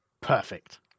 Perfect